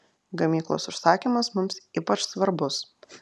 gamyklos užsakymas mums ypač svarbus